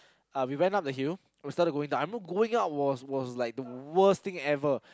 uh we went up the hill we started going down I know going up was was like the worst thing ever